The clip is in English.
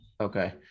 Okay